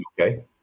okay